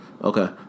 okay